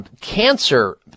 cancer